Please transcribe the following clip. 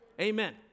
Amen